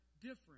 different